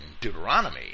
Deuteronomy